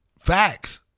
Facts